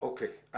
אוקיי.